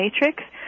matrix